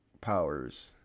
powers